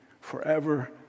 forever